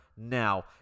Now